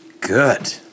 good